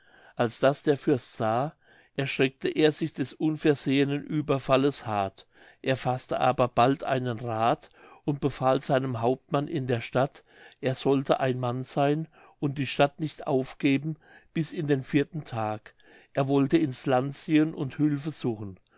als das der fürst sah erschreckte er sich des unversehenen ueberfalls hart er faßte aber bald einen rath und befahl seinem hauptmann in der stadt er sollte ein mann sein und die stadt nicht aufgeben bis in den vierten tag er wollte ins land ziehen und hülfe suchen